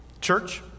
church